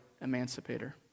emancipator